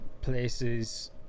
places